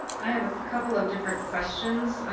i have a couple of different questions.